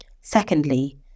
Secondly